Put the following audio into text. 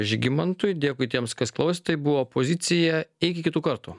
žygimantui dėkui tiems kas klausė tai buvo pozicija iki kitų kartų